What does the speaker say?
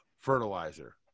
fertilizer